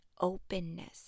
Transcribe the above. openness